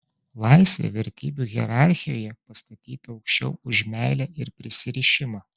laisvė vertybių hierarchijoje pastatyta aukščiau už meilę ir prisirišimą